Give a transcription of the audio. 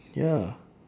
ya